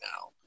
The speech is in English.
now